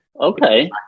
Okay